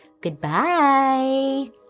Goodbye